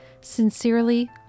Sincerely